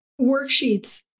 worksheets